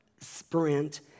Sprint